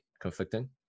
conflicting